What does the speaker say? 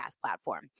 platform